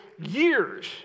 years